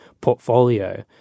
portfolio